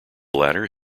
latter